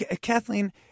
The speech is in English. Kathleen